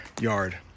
yard